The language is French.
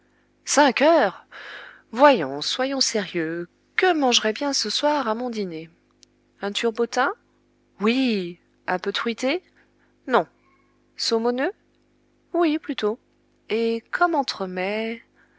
cinq heures voyons soyons sérieux que mangerai je bien ce soir à mon dîner un turbotin oui un peu truité non saumoneux oui plutôt et comme entremets